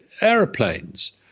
aeroplanes